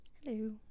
hello